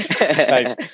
Nice